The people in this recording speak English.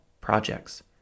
projects